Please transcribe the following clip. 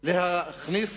לא להכניס